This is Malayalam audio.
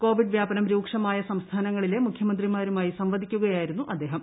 കോവിഡ് വ്യാപനം രൂക്ഷമായ സംസ്ഥാനങ്ങളിലെ മുഖ്യമന്ത്രിമാരുമായി സംവദിക്കുകയായിരുന്നു അദ്ദേഹം